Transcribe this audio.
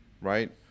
right